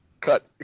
Cut